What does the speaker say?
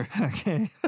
Okay